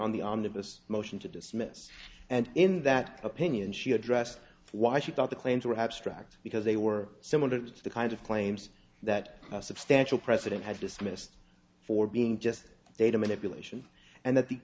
omnibus motion to dismiss and in that opinion she addressed why she thought the claims were abstract because they were similar to the kind of claims that a substantial president has dismissed for being just data manipulation and that the